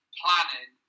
planning